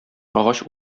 агач